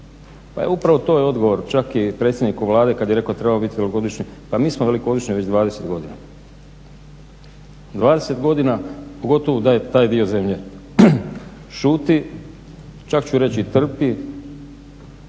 Pa upravo to je odgovor, čak je i predsjedniku Vlade, kad je rekao trebamo biti velikodušni, pa mislim velikodušni već 20 godina. 20 godina, pogotovo u taj dio zemlje. Šuti, čak ću reći, trpi